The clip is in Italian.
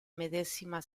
medesima